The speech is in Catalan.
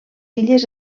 illes